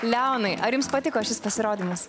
leonai ar jums patiko šis pasirodymas